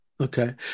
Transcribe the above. okay